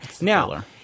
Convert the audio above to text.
Now